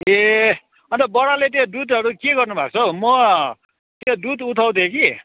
ए अन्त बडाले त्यो दुधहरू के गर्नु भएको छ हौ म दुध उठाउँथे कि